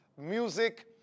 music